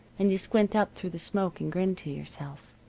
and you squint up through the smoke, and grin to yourself.